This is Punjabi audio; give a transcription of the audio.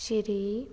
ਸ਼੍ਰੀ